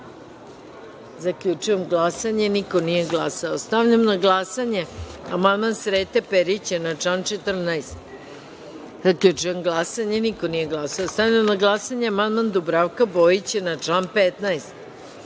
14.Zaključujem glasanje: niko nije glasao. Stavljam na glasanje amandman Srete Perića na član 14.Zaključujem glasanje: niko nije glasao. Stavljam na glasanje amandman Dubravka Bojića na član